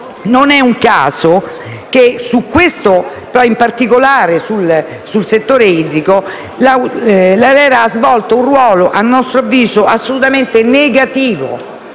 Non è un caso che, in particolare sul settore idrico, l'ARERA abbia svolto un ruolo a nostro avviso assolutamente negativo